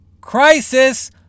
crisis